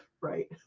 Right